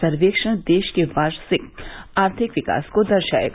सर्वेक्षण देश के वार्षिक आर्थिक विकास को दर्शाएगा